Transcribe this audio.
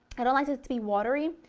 i don't like it to be watery.